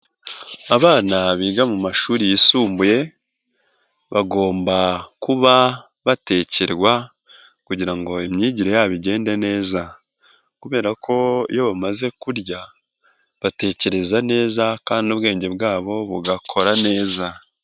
Abana biga mu mashuri yisumbuye bagomba kuba batekerwa kugira ngo imyigire yabo igende neza kubera ko iyo bamaze kurya, batekereza neza kandi ubwenge bwabo bugakora neza.